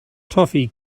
toffee